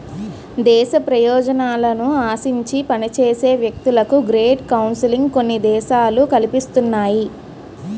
దేశ ప్రయోజనాలను ఆశించి పనిచేసే వ్యక్తులకు గ్రేట్ కౌన్సిలింగ్ కొన్ని దేశాలు కల్పిస్తున్నాయి